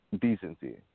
Decency